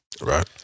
right